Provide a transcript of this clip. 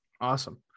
Awesome